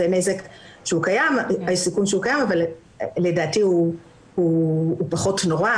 זה סיכון שהוא קיים אבל לדעתי הוא פחות נורא